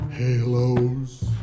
Halos